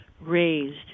raised